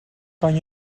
kan